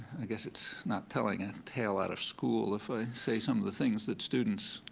i guess it's not telling a tale out of school if ah say some of the things that students